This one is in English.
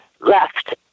left